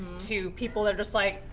to people that are just like,